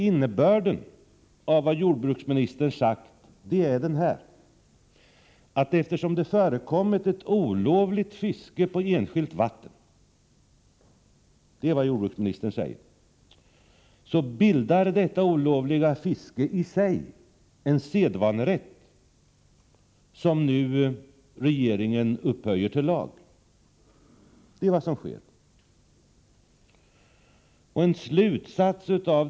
Innebörden av vad jordbruksministern sagt är: Eftersom det förekommit ett olovligt fiske på enskilt vatten, bildar detta olovliga fiske i sig en sedvanerätt, som nu regeringen upphöjer till lag. Det är vad som sker.